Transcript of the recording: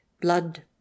blood